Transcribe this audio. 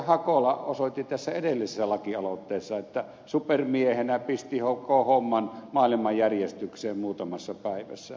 hakola osoitti tässä edellisessä lakialoitteessa että supermiehenä pisti koko homman maailman järjestykseen muutamassa päivässä